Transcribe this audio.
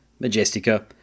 Majestica